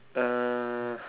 uh